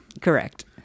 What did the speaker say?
Correct